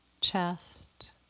chest